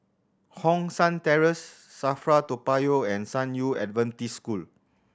Hong San Terrace SAFRA Toa Payoh and San Yu Adventist School